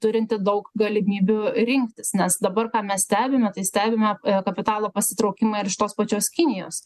turinti daug galimybių rinktis nes dabar ką mes stebime tai stebime kapitalo pasitraukimą ir iš tos pačios kinijos